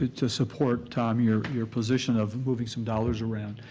to support tom your your position of moving some dollars around,